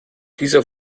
dieser